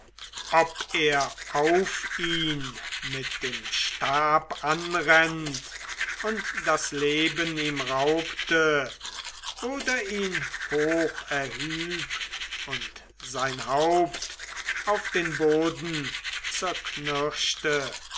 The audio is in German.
ob er auf ihn mit dem stab anrennt und das leben ihm raubte oder ihn hoch erhüb und sein haupt auf den boden